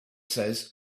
says